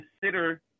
consider